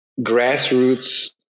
grassroots